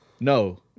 No